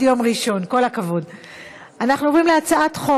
הצעת החוק